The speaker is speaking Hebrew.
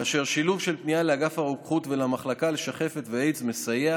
כאשר שילוב של פנייה לאגף הרוקחות ולמחלקה לשחפת ואיידס מסייע